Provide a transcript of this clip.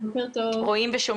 בוקר טוב לכולם.